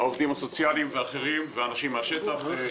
העובדים הסוציאליים וכפי שאמרו אחרים,